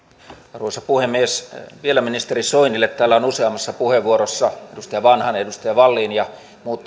arvoisa puhemies vielä ministeri soinille täällä on useammassa puheenvuorossa edustaja vanhanen edustaja wallin ja muut